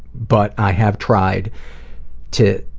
but i have tried to.